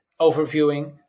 overviewing